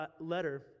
letter